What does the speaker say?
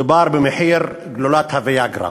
מדובר במחיר גלולת ה"ויאגרה",